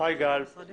שר הפנים